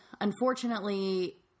unfortunately